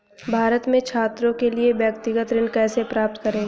भारत में छात्रों के लिए व्यक्तिगत ऋण कैसे प्राप्त करें?